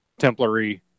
Templary